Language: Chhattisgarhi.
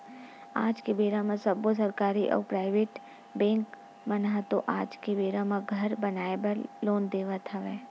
आज के बेरा म सब्बो सरकारी अउ पराइबेट बेंक मन ह तो आज के बेरा म घर बनाए बर लोन देवत हवय